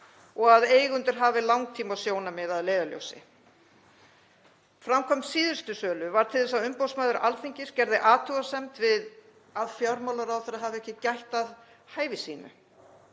og að eigendur hafi langtímasjónarmið að leiðarljósi? Framkvæmd síðustu sölu varð til þess að umboðsmaður Alþingis gerði athugasemd við að fjármálaráðherra hafi ekki gætt að hæfi sínu.